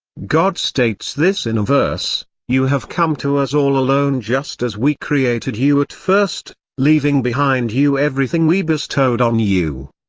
god states this in a verse you have come to us all alone just as we created you at first, leaving behind you everything we bestowed on you.